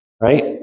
right